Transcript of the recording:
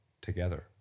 together